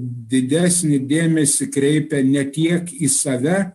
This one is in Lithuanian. didesnį dėmesį kreipia ne tiek į save